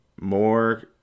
more